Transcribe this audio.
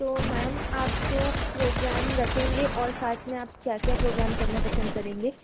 तो मैम आप तो प्रोग्राम रखेंगे और साथ में आप क्या क्या प्रोग्राम करना पसंद करेंगे